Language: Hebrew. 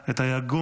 את היגון,